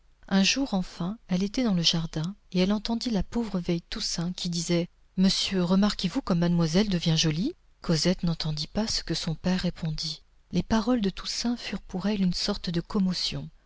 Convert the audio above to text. un jour enfin elle était dans le jardin et elle entendit la pauvre vieille toussaint qui disait monsieur remarquez vous comme mademoiselle devient jolie cosette n'entendit pas ce que son père répondit les paroles de toussaint furent pour elle une sorte de commotion